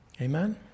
Amen